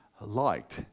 liked